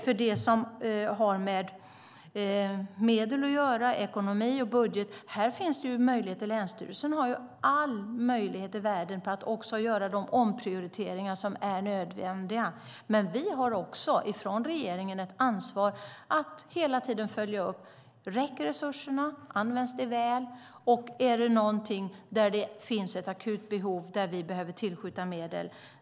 När det gäller medel, ekonomi och budget har länsstyrelsen alla möjligheter i världen att göra de omprioriteringar som är nödvändiga. Men vi har från regeringen också ett ansvar att hela tiden följa upp: Räcker resurserna? Används de väl? Finns det ett akut behov där vi behöver tillskjuta medel?